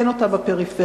אין אותם בפריפריה.